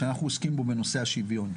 ואנחנו עוסקים בו בנושא השוויון.